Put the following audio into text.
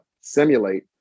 simulate